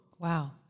Wow